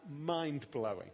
mind-blowing